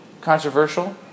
controversial